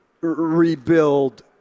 rebuild –